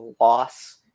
loss